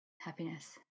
happiness